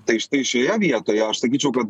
tai štai šioje vietoje aš sakyčiau kad